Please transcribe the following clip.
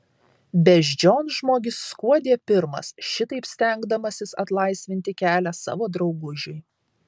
beždžionžmogis skuodė pirmas šitaip stengdamasis atlaisvinti kelią savo draugužiui